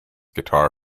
guitar